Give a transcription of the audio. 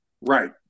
Right